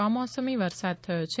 કમોસમી વરસાદ થયો છે